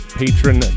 patron